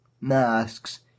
masks